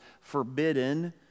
forbidden